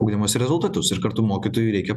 ugdymosi rezultatus ir kartu mokytojui reikia